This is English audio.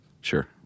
Sure